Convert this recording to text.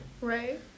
Right